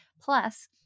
Plus